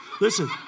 Listen